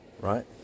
right